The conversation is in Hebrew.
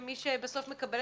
ומי שבסוף מקבל